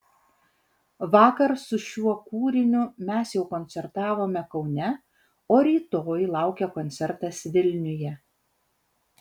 vakar su šiuo kūriniu mes jau koncertavome kaune o rytoj laukia koncertas vilniuje